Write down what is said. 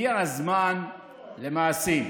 הגיע הזמן למעשים.